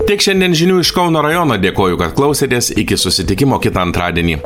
tiek šiandien žinių iš kauno rajono dėkoju kad klausėtės iki susitikimo kitą antradienį